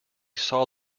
saw